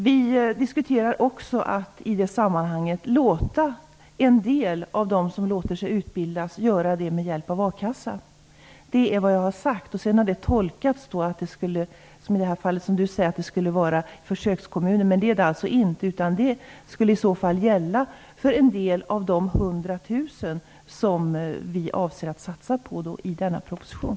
Vi diskuterar i det sammanhanget också att låta en del av dem som låter sig utbildas göra detta med hjälp av a-kassa. Det är vad jag har sagt. Sedan har det tolkats som att det skulle vara fråga om försökskommuner, men det är det alltså inte. Det här skulle i så fall gälla för en del av de 100 000 som vi avser satsa på i denna proposition.